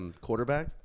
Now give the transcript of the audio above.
quarterback